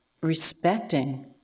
respecting